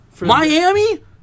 Miami